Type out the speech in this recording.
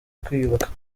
kwiyubaka